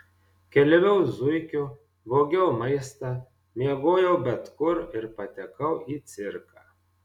keliavau zuikiu vogiau maistą miegojau bet kur ir patekau į cirką